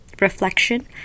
reflection